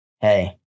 Hey